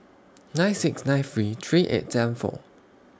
nine six nine three three eight seven four